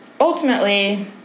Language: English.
ultimately